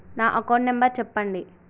నా account number చెప్పండి?